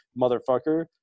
motherfucker